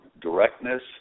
directness